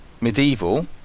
Medieval